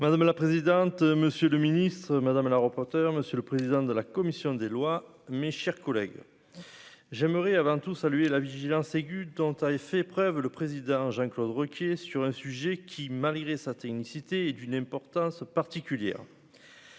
Madame la présidente, monsieur le ministre madame la rapporteure, monsieur le président de la commission des lois, mes chers collègues, j'aimerais avant tout saluer la vigilance aiguë dans ta et fait preuve le président Jean-Claude Requier sur un sujet qui, malgré sa technicité est d'une importance particulière.